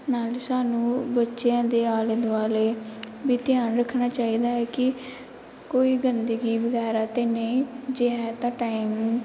ਨਾਲ਼ੇ ਸਾਨੂੰ ਬੱਚਿਆਂ ਦੇ ਆਲੇ ਦੁਆਲੇ ਵੀ ਧਿਆਨ ਰੱਖਣਾ ਚਾਹੀਦਾ ਹੈ ਕਿ ਕੋਈ ਗੰਦਗੀ ਵਗੈਰਾ ਤਾਂ ਨਹੀਂ ਜੇ ਹੈ ਤਾਂ ਟਾਈਮ